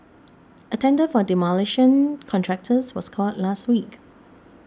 a tender for demolition contractors was called last week